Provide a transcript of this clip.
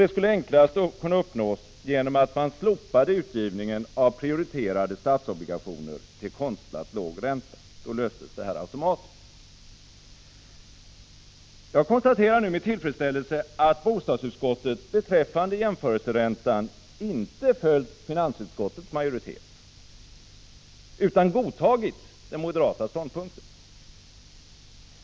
Det skulle kunna uppnås enklast genom att man slopade utgivningen av prioriterade statsobligationer till konstlat låg ränta — då löses detta automatiskt. Jag konstaterar nu med tillfredsställelse att bostadsutskottet beträffande jämförelseräntan inte följt finansutskottets majoritet utan godtagit den Prot. 1985/86:51 moderata ståndpunkten.